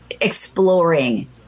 exploring